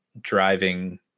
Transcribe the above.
driving